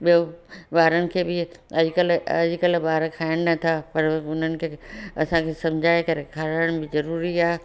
ॿियों ॿारनि खे बि अॼुकल्ह अॼुकल्ह ॿार खाइणु नथा पर हुननि खे असांखे सम्झाए करे खराइण बि ज़रूरी आहे